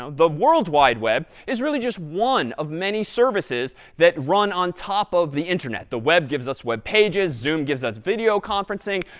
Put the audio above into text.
the world-wide web, is really just one of many services that run on top of the internet. the web gives us web pages. zoom gives us video conferencing.